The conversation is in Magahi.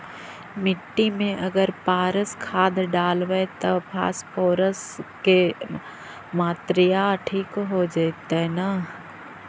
मिट्टी में अगर पारस खाद डालबै त फास्फोरस के माऋआ ठिक हो जितै न?